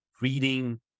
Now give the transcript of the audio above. reading